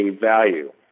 value